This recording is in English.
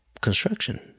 construction